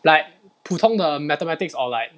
like 普通的 mathematics or like